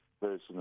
person